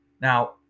Now